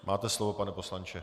Máte slovo, pane poslanče.